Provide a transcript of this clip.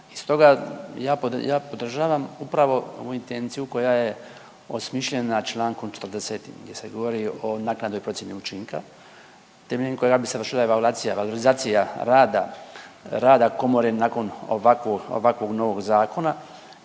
I stoga ja podržavam upravo ovu intenciju koja je osmišljena Člankom 40. gdje se govori o naknadnoj procjeni učinka temeljem kojega bi se vršila evaluacija, valorizacija rada, rada komore nakon ovakvog novog zakona